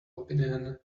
opinion